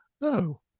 no